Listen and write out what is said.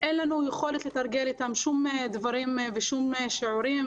אין לנו יכולת לתרגל איתם שום דבר ושום שיעורים.